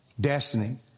destiny